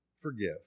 forgive